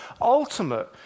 ultimate